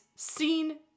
seen